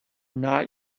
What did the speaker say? not